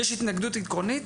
יש התנגדות עקרונית?